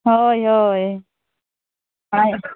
ᱦᱳᱭ ᱦᱳᱭ ᱦᱳᱭ